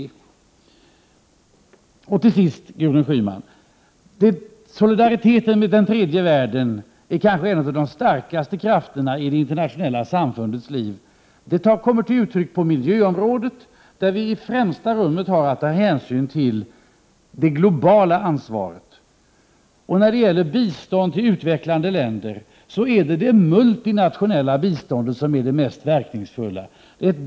Till sist vill jag säga till Gudrun Schyman att solidariteten med tredje världen kanske är en av de starkaste krafterna i det internationella samfundets liv. Det kommer till uttryck på miljöområdet, där vi i främsta rummet har att ta hänsyn till det globala ansvaret. När det gäller biståndet till utvecklingsländer är det multinationella biståndet det mest verkningsfulla.